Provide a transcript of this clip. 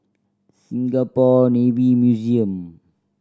Singapore Navy Museum